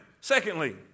secondly